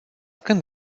când